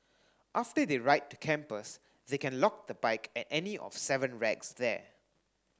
after they ride to campus they can lock the bike at any of seven racks there